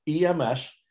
EMS